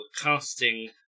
casting